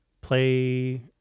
play